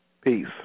Peace